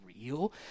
real